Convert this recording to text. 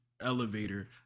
elevator